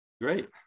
great